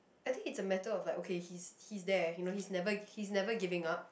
I think is a matter of like okay he's he's there you know he never he never giving up